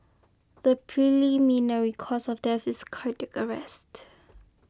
the preliminary cause of death is cardiac arrest